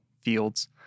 fields